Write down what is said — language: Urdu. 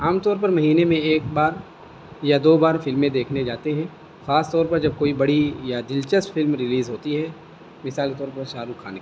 عام طور پر مہینے میں ایک بار یا دو بار فلمیں دیکھنے جاتے ہیں خاص طور پر جب کوئی بڑی یا دلچسپ فلم ریلیز ہوتی ہے مثال کے طور پر شاہ رخ خان کی